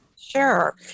Sure